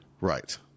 right